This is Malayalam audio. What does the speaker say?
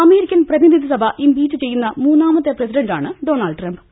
അമേരിക്കൻ പ്രതിനിധി സഭ ഇംപീച്ച് ചെയ്യുന്ന മൂന്നാമത്തെ പ്രസിഡന്റാണ് ഡ്യൊണാൾഡ് ട്രംപ്